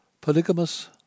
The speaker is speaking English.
polygamous